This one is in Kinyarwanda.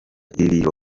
ibirometero